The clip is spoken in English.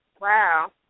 Wow